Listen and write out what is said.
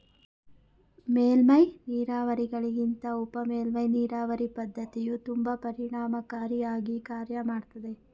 ಮೇಲ್ಮೈ ನೀರಾವರಿಗಳಿಗಿಂತ ಉಪಮೇಲ್ಮೈ ನೀರಾವರಿ ಪದ್ಧತಿಯು ತುಂಬಾ ಪರಿಣಾಮಕಾರಿ ಆಗಿ ಕಾರ್ಯ ಮಾಡ್ತದೆ